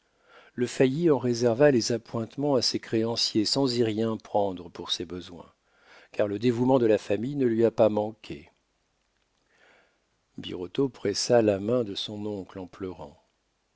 le failli en réserva les appointements à ses créanciers sans y rien prendre pour ses besoins car le dévouement de la famille ne lui a pas manqué birotteau pressa la main de son oncle en pleurant